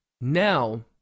Now